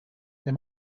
they